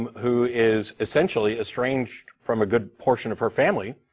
who is essentially a estranged from a good portion of her family,